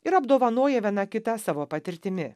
ir apdovanoja viena kitą savo patirtimi